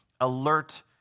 alert